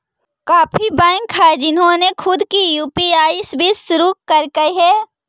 काफी बैंक हैं जिन्होंने खुद की यू.पी.आई सर्विस शुरू करकई हे